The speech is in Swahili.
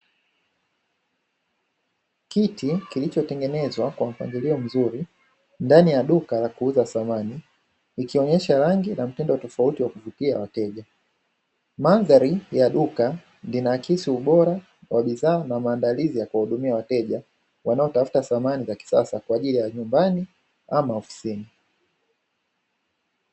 Kitanda kilichotengenezwa kwa mpangilio mzuri, ndani ya duka la kuuza samani ikionyesha rangi tofauti kwa kupitia wateja, mandhari ya duka linaakisi ubora namtondo wa bidhaa na maandalizi ya kuwahudumia wateja wanaotafuta samani za kisasa kwa ajili ya nyumbani ama kazini.